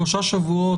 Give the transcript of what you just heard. שלושה שבועות,